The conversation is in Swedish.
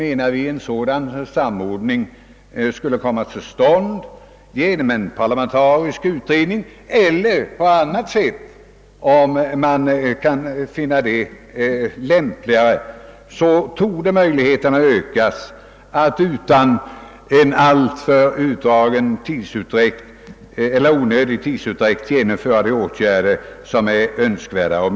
En dylik samordning bör, menar vi, komma till stånd genom en parlamentarisk utredning eller på annat sätt. Därigenom borde möjligheterna ökas att utan onödig tidsutdräkt vidtaga de åtgärder som behövs.